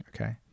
Okay